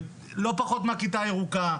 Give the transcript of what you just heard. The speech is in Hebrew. לא פחות מהכיתה הירוקה,